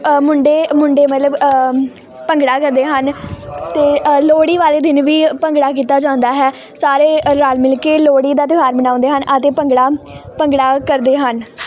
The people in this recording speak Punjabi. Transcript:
ਮੁੰਡੇ ਮੁੰਡੇ ਮਤਲਬ ਭੰਗੜਾ ਕਰਦੇ ਹਨ ਅਤੇ ਅ ਲੋਹੜੀ ਵਾਲੇ ਦਿਨ ਵੀ ਭੰਗੜਾ ਕੀਤਾ ਜਾਂਦਾ ਹੈ ਸਾਰੇ ਅ ਰਲ ਮਿਲ ਕੇ ਲੋਹੜੀ ਦਾ ਤਿਉਹਾਰ ਮਨਾਉਂਦੇ ਹਨ ਅਤੇ ਭੰਗੜਾ ਭੰਗੜਾ ਕਰਦੇ ਹਨ